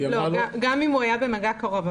גם אם הוא היה במגע קרוב.